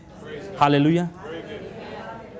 Hallelujah